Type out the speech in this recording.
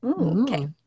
Okay